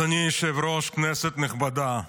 אדוני היושב-ראש, כנסת נכבדה,